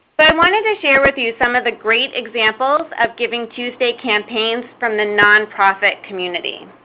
but i wanted to share with you some of the great examples of givingtuesday campaigns from the nonprofit community.